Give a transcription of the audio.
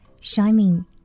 Shining